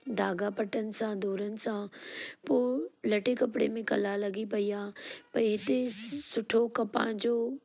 धागा पटनि सां धूरिन सां पोइ लटे कपिड़े जी कला लॻी पई आहे भई हिते सुठो कपास जो